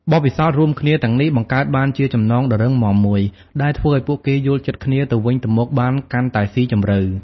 បទពិសោធន៍រួមគ្នាទាំងនេះបង្កើតបានជាចំណងដ៏រឹងមាំមួយ ដែលធ្វើឱ្យពួកគេយល់ចិត្តគ្នាទៅវិញទៅមកបានកាន់តែស៊ីជម្រៅ ។